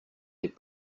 des